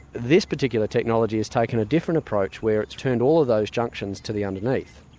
this particular technology has taken a different approach where it's turned all of those junctions to the underneath.